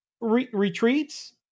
retreats